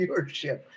viewership